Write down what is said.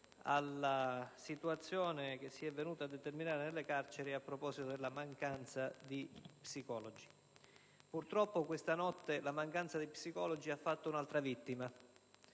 la situazione venutasi a determinare nelle carceri per la mancanza di psicologi. Purtroppo questa notte la mancanza di psicologi ha fatto un'altra vittima: